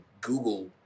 Google